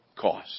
cost